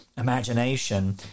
imagination